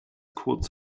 kurz